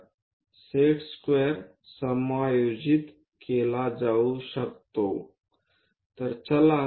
तर set square समायोजित केला जाऊ शकतो